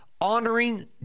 honoring